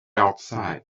outside